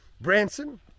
Branson